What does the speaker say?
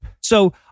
So-